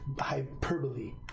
hyperbole